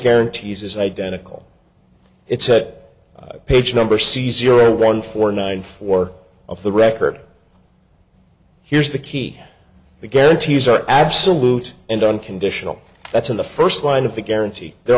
guarantees is identical it said page number c zero one four nine four of the record here's the key the guarantees are absolute and unconditional that's in the first line of the guarantee there